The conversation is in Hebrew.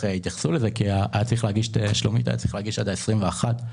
יתייחסו לזה כי היה צריך להגיש את הדוחות עד 21,